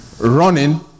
running